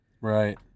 right